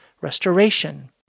restoration